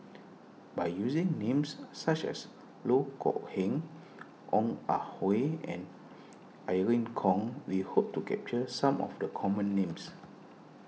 by using names such as Loh Kok Heng Ong Ah Hoi and Irene Khong we hope to capture some of the common names